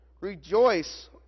Rejoice